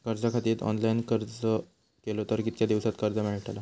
कर्जा खातीत ऑनलाईन अर्ज केलो तर कितक्या दिवसात कर्ज मेलतला?